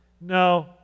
No